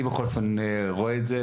אני בכל אופן רואה את זה.